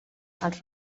els